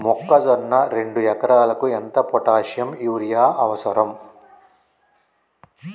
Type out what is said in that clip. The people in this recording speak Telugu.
మొక్కజొన్న రెండు ఎకరాలకు ఎంత పొటాషియం యూరియా అవసరం?